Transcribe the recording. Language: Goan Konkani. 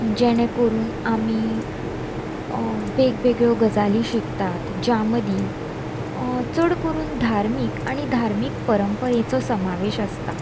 जेणे करून आमी वेगवेगळ्यो गजाली शिकतात ज्या मदीं चड करून धार्मीक आनी धार्मीक परंपरेचो समावेश आसता